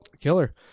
killer